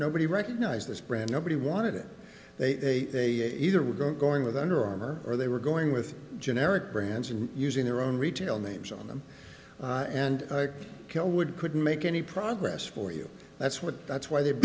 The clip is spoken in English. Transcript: nobody recognized this brand nobody wanted it they either were going with under armor or they were going with generic brands and using their own retail names on them and kill would couldn't make any progress for you that's what that's why they